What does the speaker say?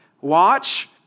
Watch